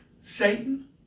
Satan